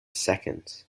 seconds